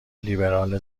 لیبرال